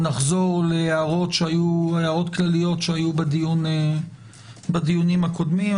נחזור להערות כלליות שהיו בדיונים הקודמים.